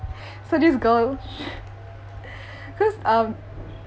so this girl sh~ cause um